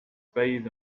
bathe